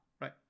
right